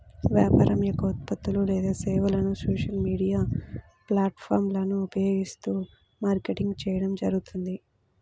వ్యాపారం యొక్క ఉత్పత్తులు లేదా సేవలను సోషల్ మీడియా ప్లాట్ఫారమ్లను ఉపయోగిస్తూ మార్కెటింగ్ చేయడం జరుగుతుంది